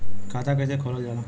खाता कैसे खोलल जाला?